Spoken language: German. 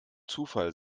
zufall